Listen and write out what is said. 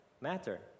matter